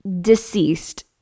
deceased